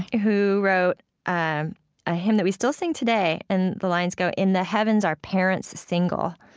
who wrote um a hymn that we still sing today and the lines go, in the heavens are parents single,